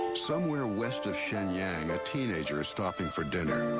somewhere west of xinyang, a teenager is stopping for dinner.